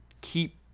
keep